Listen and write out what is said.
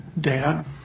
dad